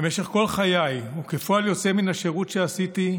במשך כל חיי, וכפועל יוצא מן השירות שעשיתי,